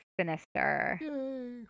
sinister